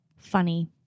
Funny